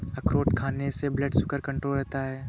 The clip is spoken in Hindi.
अखरोट खाने से ब्लड शुगर कण्ट्रोल रहता है